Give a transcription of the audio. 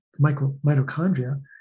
mitochondria